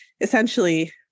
essentially